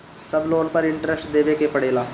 सब लोन पर इन्टरेस्ट देवे के पड़ेला?